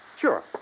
Sure